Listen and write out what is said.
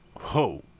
Ho